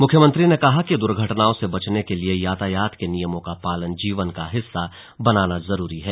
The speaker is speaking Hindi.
मुख्यमंत्री ने कहा कि द्र्घटनाओं से बचने के लिए यातायात के नियमों का पालन जीवन का हिस्सा बनाना जरूरी है